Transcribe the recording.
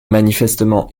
manifestement